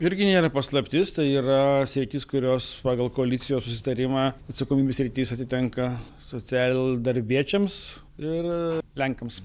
irgi nėra paslaptis tai yra sritys kurios pagal koalicijos susitarimą atsakomybių sritis atitenka socialdarbiečiams ir lenkams